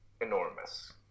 enormous